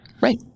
Right